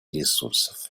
ресурсов